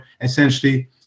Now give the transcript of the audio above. essentially